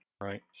right